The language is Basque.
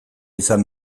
izan